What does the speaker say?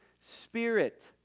Spirit